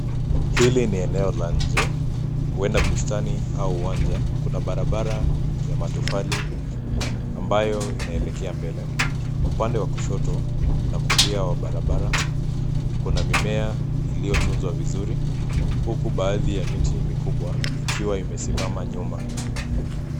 Hili ni eneo la nje, huenda bustani au uwanja ,kuna barabara ya matofali ambayo inaelekea mbele. Upande wa kushoto na kulia wa barabara kuna mimea iliyotunzwa vizuri huku baadhi ya miti mikubwa ikiwa imesimama nyuma.